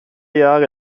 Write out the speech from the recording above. jahre